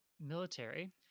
military